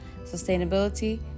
Sustainability